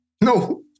No